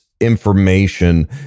information